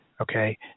Okay